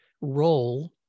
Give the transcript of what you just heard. role